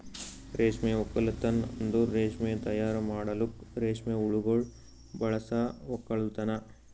ರೇಷ್ಮೆ ಒಕ್ಕಲ್ತನ್ ಅಂದುರ್ ರೇಷ್ಮೆ ತೈಯಾರ್ ಮಾಡಲುಕ್ ರೇಷ್ಮೆ ಹುಳಗೊಳ್ ಬಳಸ ಒಕ್ಕಲತನ